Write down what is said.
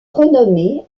renommé